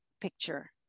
picture